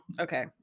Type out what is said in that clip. Okay